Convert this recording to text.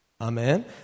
Amen